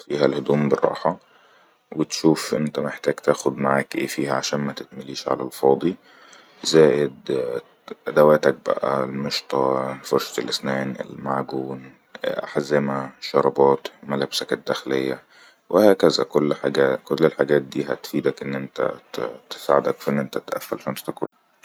فيها الهدوم براحة و تشوف انت تحتاج تاخد معك ايه فيها عشان ما تتمليش على الفاضي زائد ادواتك بئى المشطة فرشة الاسنان المعجون احزامة شربات ملبسك الداخلية و هكذا كل حاجه -كل الحاجات دي هتفيدك انت تس-تساعدك في انت تقفل شنط تكون